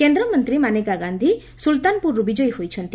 କେନ୍ଦ୍ରମନ୍ତୀ ମାନେକା ଗାନ୍ଧୀ ସୁଳତାନପୁରରୁ ବିଜୟୀ ହୋଇଛନ୍ତି